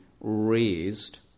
raised